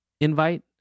invite